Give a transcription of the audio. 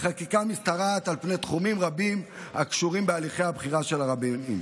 החקיקה משתרעת על פני תחומים רבים הקשורים בהליכי הבחירה של הרבנים.